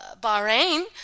Bahrain